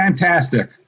Fantastic